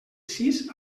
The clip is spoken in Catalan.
sis